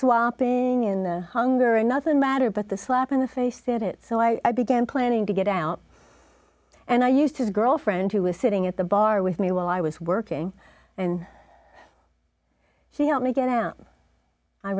swapping in the hunger another matter but the slap in the face did it so i began planning to get out and i used his girlfriend who was sitting at the bar with me while i was working and he helped me get out i